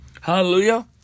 Hallelujah